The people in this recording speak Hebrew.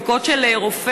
בדיקות של רופא,